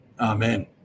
Amen